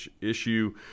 issue